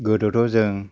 गोदोथ' जों